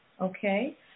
okay